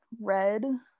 red